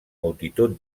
multitud